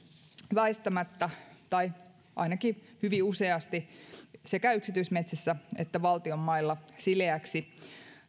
väistämättä tai ainakin hyvin useasti sekä yksityismetsissä että valtion mailla sileäksi